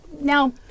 Now